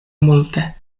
multe